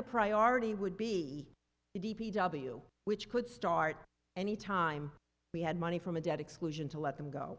the priority would be the d p w which could start any time we had money from a debt exclusion to let them go